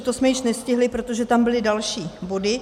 To jsme již nestihli, protože tam byly další body.